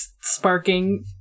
sparking